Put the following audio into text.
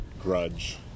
grudge